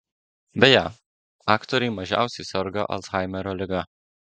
beje aktoriai mažiausiai serga alzhaimerio liga